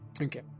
okay